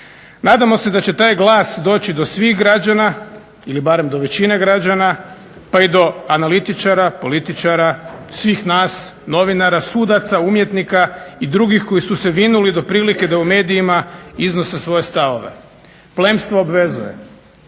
Nadamo se da će taj glas doći do svih građana ili barem do većine građana pa i do analitičara, političara, svih nas, novinara, sudaca, umjetnika i drugih koji su se vinuli do prilike da u medijima iznose svoje stavove. Plemstvo obvezuje.